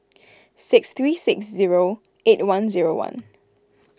six three six zero eight one zero one